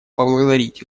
поблагодарить